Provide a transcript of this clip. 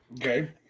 Okay